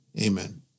Amen